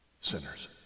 sinners